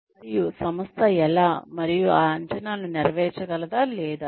మరియు సంస్థ ఎలా మరియు ఆ అంచనాలను నెరవేర్చగలదా లేదా